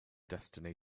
destiny